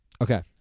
Okay